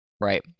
Right